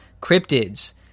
cryptids